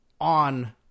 on